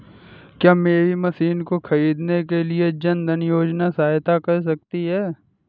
क्या मेरी मशीन को ख़रीदने के लिए जन धन योजना सहायता कर सकती है?